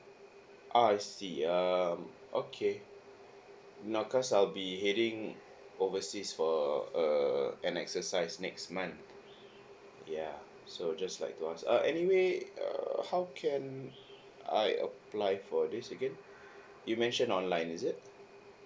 ah I see um okay no cause I'll be heading overseas for err an exercise next month ya so just like to ask uh anyway err how can I apply for this again you mention online is it